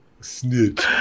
snitch